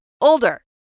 older